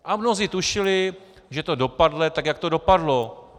A mnozí tušili, že to dopadne tak, jak to dopadlo.